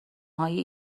های